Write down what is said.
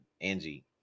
angie